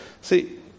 See